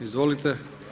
Izvolite.